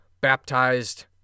Baptized